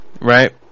Right